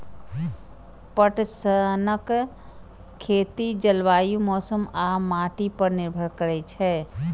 पटसनक खेती जलवायु, मौसम आ माटि पर निर्भर करै छै